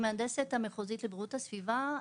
המהנדסת המחוזית לבריאות הסביבה.